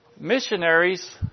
missionaries